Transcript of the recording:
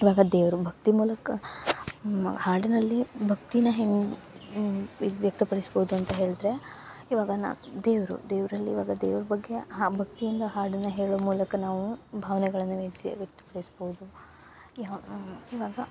ಇವಾಗ ದೇವ್ರ ಭಕ್ತಿ ಮೂಲಕ ಮಾ ಹಾಡಿನಲ್ಲಿ ಭಕ್ತಿನ ಹೆಂಗೆ ಇದು ವ್ಯಕ್ತಪಡಿಸ್ಬೋದು ಅಂತ ಹೇಳ್ದ್ರೆ ಇವಾಗ ನಾ ದೇವರು ದೇವರಲ್ಲಿ ಇವಾಗ ದೇವ್ರ ಬಗ್ಗೆ ಹಾಂ ಭಕ್ತಿಯಿಂದ ಹಾಡನ್ನ ಹೇಳೋ ಮೂಲಕ ನಾವು ಭಾವನೆಗಳನ್ನ ವ್ಯತೇ ವ್ಯಕ್ತಪಡಿಸ್ಬೋದು ಯಾ ಇವಾಗ